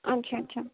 अच्छा अच्छा